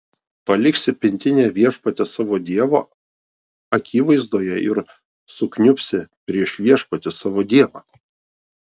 paliksi pintinę viešpaties savo dievo akivaizdoje ir sukniubsi prieš viešpatį savo dievą